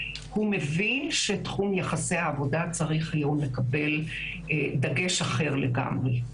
מבין שתחום יחסי העבודה צריך היום לקבל דגש אחר לגמרי,